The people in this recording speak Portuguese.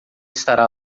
estará